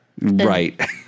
Right